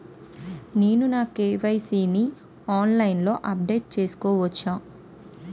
నేను నా కే.వై.సీ ని ఆన్లైన్ లో అప్డేట్ చేసుకోవచ్చా?